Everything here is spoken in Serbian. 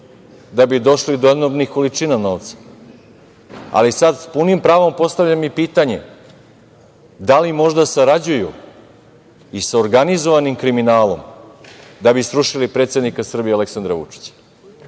da bi došli do enormnih količina novca, ali sad sa punim pravom postavljam i pitanje – da li možda sarađuju i sa organizovanim kriminalom da bi srušili predsednika Srbije Aleksandra Vučića?